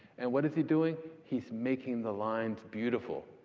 and what is he doing? he's making the lines beautiful.